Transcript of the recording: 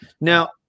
now